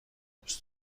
دوست